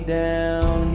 down